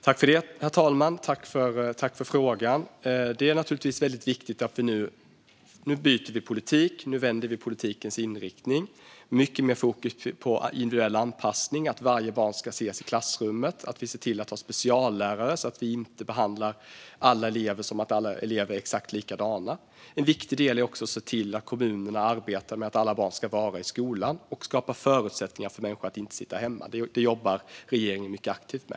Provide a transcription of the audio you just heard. Herr talman! Det är naturligtvis väldigt viktigt att vi nu byter politik och vänder på politikens inriktning. Det är mycket mer fokus på individuell anpassning - att varje barn ska bli sedd i klassrummet och att vi ser till att ha speciallärare så att vi inte behandlar alla elever som att de är exakt likadana. En viktig del är också att se till att kommunerna arbetar med att alla barn ska vara i skolan och skapar förutsättningar för människor att inte sitta hemma. Detta jobbar regeringen mycket aktivt med.